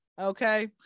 okay